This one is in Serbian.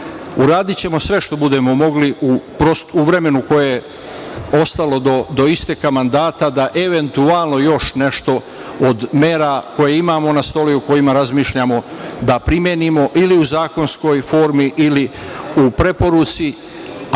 Uradićemo sve što budemo mogli u vremenu koje je ostalo do isteka mandata da eventualno još nešto od mera koje imamo na stolu i o kojima razmišljamo da primenimo, ili u zakonskoj formi ili u preporuci,